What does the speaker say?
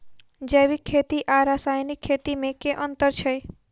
जैविक खेती आ रासायनिक खेती मे केँ अंतर छै?